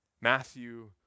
Matthew